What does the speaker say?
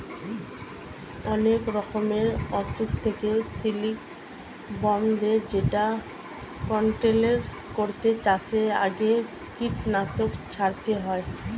অনেক রকমের অসুখ থেকে সিল্ক বর্মদের যেটা কন্ট্রোল করতে চাষের আগে কীটনাশক ছড়াতে হয়